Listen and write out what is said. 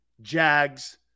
Jags